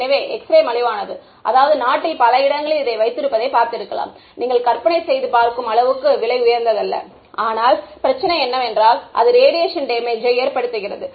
எனவே எக்ஸ்ரே மலிவானது அதாவது நாட்டில் பல இடங்களில் இதை வைத்திருப்பதை பார்த்திருக்கலாம் நீங்கள் கற்பனை செய்து பார்க்கும் அளவுக்கு விலை உயர்ந்ததல்ல ஆனால் பிரச்சனை என்னவென்றால் அது ரேடியேஷன் டேமேஜ் யை ஏற்படுத்துகிறது